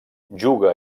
juga